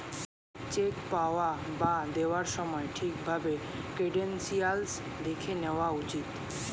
check পাওয়া বা দেওয়ার সময় ঠিক ভাবে ক্রেডেনশিয়াল্স দেখে নেওয়া উচিত